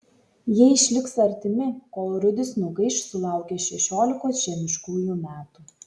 jie išliks artimi kol rudis nugaiš sulaukęs šešiolikos žemiškųjų metų